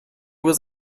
was